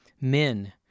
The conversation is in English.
Men